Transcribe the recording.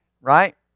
Right